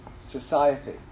society